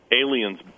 aliens